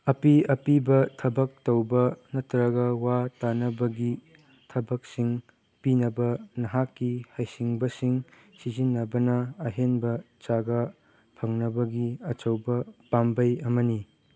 ꯑꯄꯤ ꯑꯞꯤꯕ ꯊꯕꯛ ꯇꯧꯕ ꯅꯠꯇ꯭ꯔꯒ ꯋꯥ ꯇꯥꯟꯅꯕꯒꯤ ꯊꯕꯛꯁꯤꯡ ꯄꯤꯅꯕ ꯅꯍꯥꯛꯀꯤ ꯍꯩꯁꯤꯡꯕꯁꯤꯡ ꯁꯤꯖꯤꯟꯅꯕꯅ ꯑꯍꯦꯟꯕ ꯆꯥꯒ ꯐꯪꯅꯕꯒꯤ ꯑꯆꯧꯕ ꯄꯥꯝꯕꯩ ꯑꯃꯅꯤ